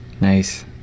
Nice